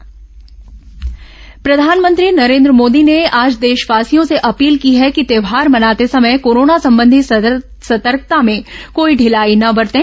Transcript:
PM Svanidhi योजना प्रधानमंत्री नरेन्द्र मोदी ने आज देशवासियों से अपील की कि त्योहार मनाते समय कोरोना संबंधी सतर्कता में कोई ढिलाई न बरतें